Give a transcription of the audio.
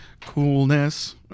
Coolness